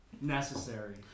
necessary